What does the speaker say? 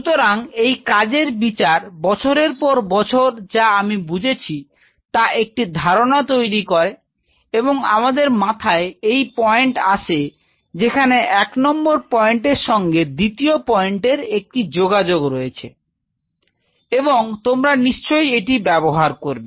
সুতরাং এই কাজের বিচার বছরের পর বছর যা আমি বুঝেছি তা একটি ধারণা তৈরি করে এবং আমাদের মাথায় এই পয়েন্টে আসে যেখানে এক নম্বর পয়েন্টের সঙ্গে দ্বিতীয় পয়েন্টের একটি যোগাযোগ রয়েছে এবং তোমরা নিশ্চয়ই এটি ব্যবহার করবে